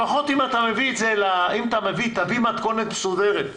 לפחות אם אתה מביא, תביא מתכונת מסודרת.